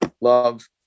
love